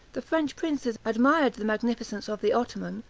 the french princes admired the magnificence of the ottoman,